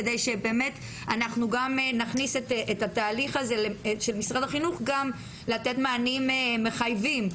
כדי שבאמת אנחנו נכניס את התהליך הזה של משרד החינוך לתת מענים מחייבים.